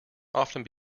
often